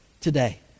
today